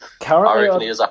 currently